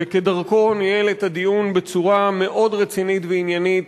שכדרכו ניהל את הדיון בצורה מאוד רצינית ועניינית,